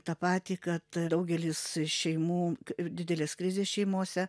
tą patį kad daugelis šeimų ir didelės krizės šeimose